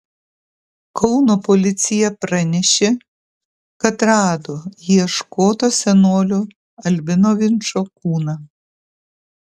kauno policija pranešė kad rado ieškoto senolio albino vinčo kūną